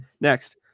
Next